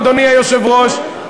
אדוני היושב-ראש,